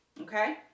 okay